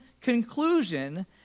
conclusion